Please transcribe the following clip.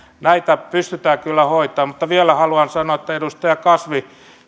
näitä pystytään kyllä hoitamaan mutta vielä haluan sanoa että edustaja kasvi